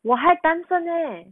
我还单身 leh